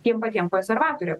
tiem patiem konservatoriam